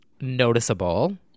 noticeable